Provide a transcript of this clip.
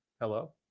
Hello